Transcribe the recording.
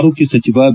ಆರೋಗ್ಯ ಸಚಿವ ಬಿ